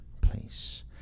place